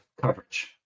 coverage